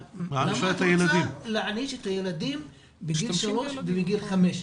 אבל למה היא רוצה להעניש את הילדים בגיל 3 ובגיל 5?